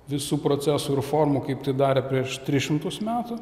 visų procesų ir formų kaip tai darė prieš tris šimtus metų